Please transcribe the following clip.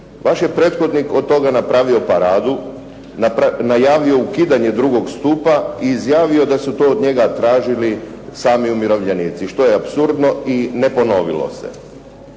Vaš je prethodnik od toga napravio paradu. Najavio ukidanje drugog stupa i izjavio da su to od njega tražili sami umirovljenici, što je apsurdno i ne ponovilo se.